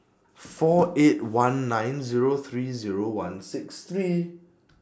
four eight one nine Zero three Zero one six three